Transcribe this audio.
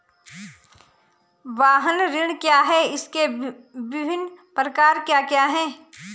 वाहन ऋण क्या है इसके विभिन्न प्रकार क्या क्या हैं?